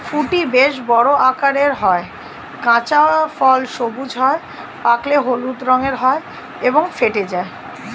ফুটি বেশ বড় আকারের হয়, কাঁচা ফল সবুজ হয়, পাকলে হলুদ রঙের হয় এবং ফেটে যায়